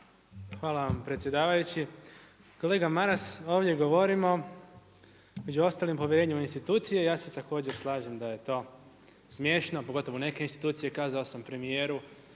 Hvala vam predsjedavajući. Kolega Maras, ovdje govorimo među ostalim o povjerenjima institucije, ja se također slažem da je to smiješno, pogotovo neke institucije, kazao sam premijeru,